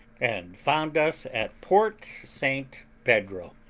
and found us at port st pedro,